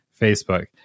Facebook